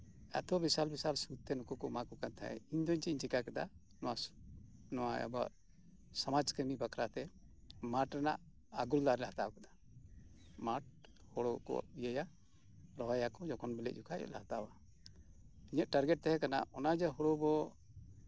ᱮᱛᱚ ᱵᱤᱥᱟᱞ ᱵᱤᱥᱟᱞ ᱥᱩᱫ ᱛᱮ ᱱᱩᱠᱩ ᱠᱚ ᱮᱢᱟ ᱠᱚ ᱠᱟᱱ ᱛᱟᱸᱦᱮᱱᱟ ᱤᱧ ᱫᱚ ᱪᱮᱫ ᱤᱧ ᱪᱤᱠᱟ ᱠᱮᱫᱟ ᱤᱧ ᱫᱚ ᱱᱚᱣᱟ ᱟᱵᱟᱨ ᱥᱚᱢᱟᱡᱽ ᱠᱟᱹᱢᱤ ᱵᱟᱠᱷᱨᱟ ᱛᱮ ᱢᱟᱴᱷ ᱨᱮᱱᱟᱜ ᱟᱜᱩᱞᱫᱟᱨ ᱞᱮ ᱦᱟᱛᱟᱣ ᱠᱮᱫᱟ ᱢᱟᱴᱷ ᱦᱩᱲᱩ ᱠᱚ ᱨᱚᱦᱚᱭ ᱟᱠᱚ ᱵᱤᱞᱤ ᱡᱚᱠᱷᱚᱡ ᱜᱮᱞᱮ ᱦᱟᱛᱟᱣᱟ ᱤᱧᱟᱹᱜ ᱴᱟᱨᱜᱮᱴ ᱛᱟᱸᱦᱮ ᱠᱟᱱᱟ ᱚᱱᱟ ᱡᱮ ᱦᱩᱲᱩ ᱵᱚ